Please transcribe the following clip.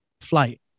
flight